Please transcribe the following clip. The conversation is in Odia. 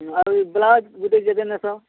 ଆରୁ ବ୍ଳାଉଜ୍ ଗୁଟେ କେତେ ନେସ